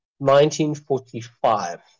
1945